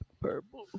purple